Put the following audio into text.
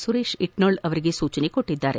ಸುರೇಶ್ ಇಟ್ಟಾಳ್ ಅವರಿಗೆ ಸೂಚಿಸಿದರು